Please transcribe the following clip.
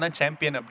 champion